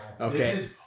Okay